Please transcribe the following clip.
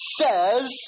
says